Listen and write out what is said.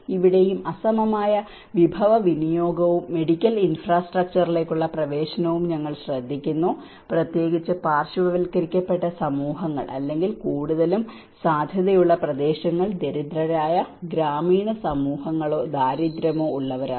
ഇവിടെയും അസമമായ വിഭവ വിനിയോഗവും മെഡിക്കൽ ഇൻഫ്രാസ്ട്രക്ചറിലേക്കുള്ള പ്രവേശനവും ഞങ്ങൾ ശ്രദ്ധിക്കുന്നു പ്രത്യേകിച്ച് പാർശ്വവൽക്കരിക്കപ്പെട്ട സമൂഹങ്ങൾ അല്ലെങ്കിൽ കൂടുതലും സാധ്യതയുള്ള പ്രദേശങ്ങൾ ദരിദ്രരായ ഗ്രാമീണ സമൂഹങ്ങളോ ദാരിദ്ര്യമോ ഉള്ളവരാണ്